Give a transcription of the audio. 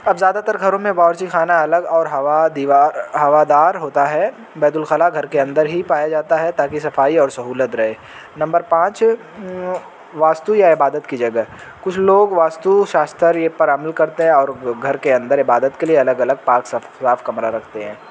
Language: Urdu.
اب زیادہ تر گھروں میں باورچی خانہ الگ اور ہوا دیوار ہوادار ہوتا ہے بیت الخلاء گھر کے اندر ہی پایا جاتا ہے تاکہ صفائی اور سہولت رہے نمبر پانچ واستو یا عبادت کی جگہ کچھ لوگ واستو شاستر یہ پر عمل کرتے ہیں اور گھر کے اندر عبادت کے لیے الگ الگ پاک صاف کمرہ رکھتے ہیں